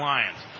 Lions